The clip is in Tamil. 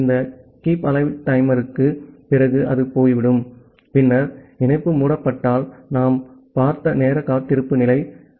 ஆகவே இந்த கீப்பாலிவ் டைமருக்குப் பிறகு அது போய்விடும் பின்னர் இணைப்பு மூடப்பட்டால் நாம் பார்த்த நேர காத்திருப்பு நிலை